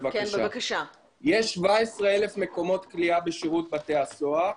יש 17,000 מקומות כליאה בשירות בתי הסוהר,